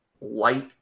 light